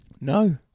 No